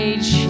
Age